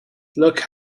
look